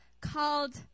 called